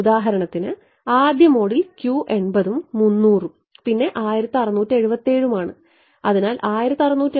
ഉദാഹരണത്തിന് ആദ്യ മോഡിൽ Q 80 ഉം 300 ഉം പിന്നെ 1677 ഉം ആണ്